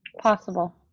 possible